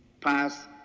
pass